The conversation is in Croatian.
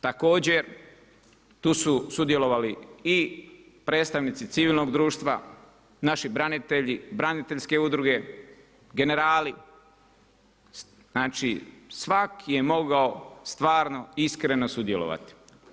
Također, tu su sudjelovali i predstavnici civilnog društva, naši branitelji, braniteljske udruge, generali, znači svaki je mogao stvarno, iskreno sudjelovati.